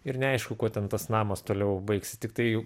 ir neaišku kuo ten tas namas toliau baigsis tiktai jau